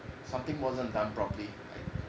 something wasn't done properly